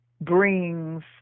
brings